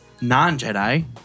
non-Jedi